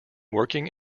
working